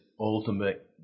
ultimate